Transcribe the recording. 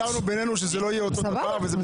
הגדרנו בינינו שזה לא יהיה אותו דבר, אבל זה בסדר.